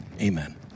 amen